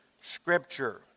Scripture